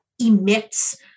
emits